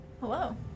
Hello